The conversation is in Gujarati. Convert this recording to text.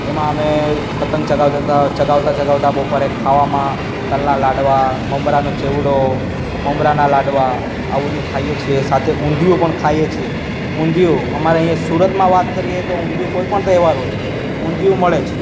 એમાં અમે પતંગ ચગાવતાં ચગાવતાં બપોરે ખાવામાં તલના લાડવા મમરાનો ચેવડો મમરાના લાડવા આવું બધુ ખાઈએ છીએ સાથે ઊંધિયું પણ ખાઈએ છીએ ઊંધિયું અમારે અહીંયાં સુરતમાં વાત કરીએ તો ઊંધિયું કોઈ પણ તહેવાર હોય ઊંધિયું મળે જ